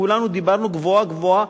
וכולנו דיברנו גבוהה-גבוהה,